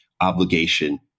obligation